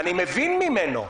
אני מבין ממנו.